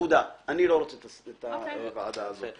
לא רוצה את ועדת הביניים הזאת.